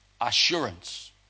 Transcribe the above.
Assurance